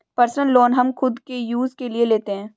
personal loan हम खुद के यूज के लिए लेते है